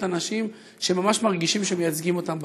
אנשים שממש מרגישים שמייצגים אותם בכנסת.